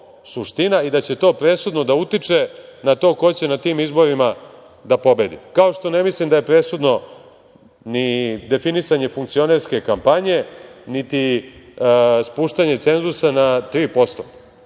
i da će to presudno da utiče na to ko će na tim izborima da pobedi, kao što ne mislim da je presudno ni definisanje funkcionerske kampanje, niti spuštanje cenzusa na